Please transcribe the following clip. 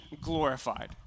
glorified